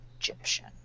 Egyptian